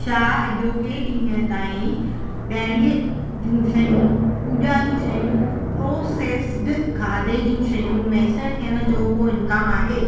छा अॼोके ॾींहुं ताईं डेयरी जूं शयूं पूॼा जूं शयूं प्रोसेस्ड खाधे जूं शयूं मुयसरु थियण जो को इम्कानु आहे